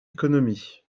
économie